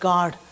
God